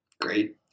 great